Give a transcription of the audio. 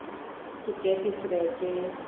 सुकें तिसऱ्याचें